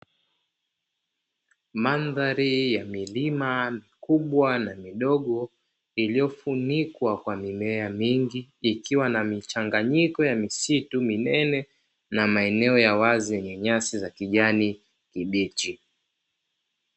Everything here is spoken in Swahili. Mandhari ya milima mikubwa na midogo iliyofunikwa kwa mimea mingi, ikiwa na michanganyiko ya misitu minene na maeneo ya wazi yenye nyasi za kijani kibichi.